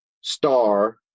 Star